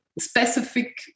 specific